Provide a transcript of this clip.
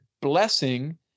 blessing